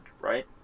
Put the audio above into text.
right